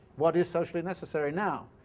what is socially necessary now?